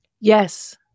Yes